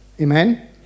Amen